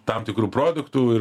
tam tikrų produktų ir